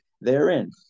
therein